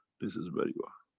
this is where you are.